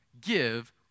give